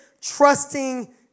trusting